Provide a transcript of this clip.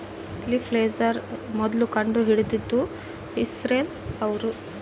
leaf sensor ಮೊದ್ಲು ಕಂಡು ಹಿಡಿದಿದ್ದು ಇಸ್ರೇಲ್ ಅವ್ರು